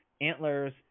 Antlers